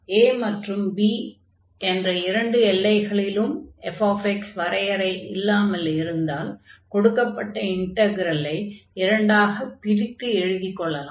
a மற்றும் b என்ற இரண்டு எல்லைகளிலும் fx வரையறை இல்லாமல் இருந்தால் கொடுக்கப்பட்ட இன்டக்ரலை இரண்டாகப் பிரித்து எழுதிக் கொள்ளலாம்